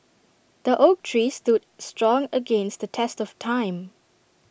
the oak tree stood strong against the test of time